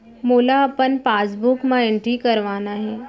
मोला अपन पासबुक म एंट्री करवाना हे?